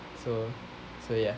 so so ya